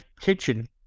kitchen